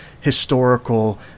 historical